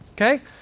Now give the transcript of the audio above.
okay